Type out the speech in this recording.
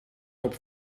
top